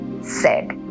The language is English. sick